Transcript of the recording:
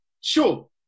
sure